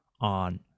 on